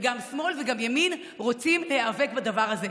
וגם שמאל וגם ימין רוצים להיאבק בדבר הזה.